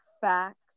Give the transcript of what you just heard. facts